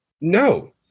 No